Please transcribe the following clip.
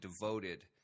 devoted